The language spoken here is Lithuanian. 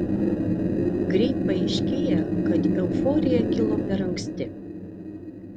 greit paaiškėja kad euforija kilo per anksti